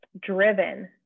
driven